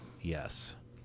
Yes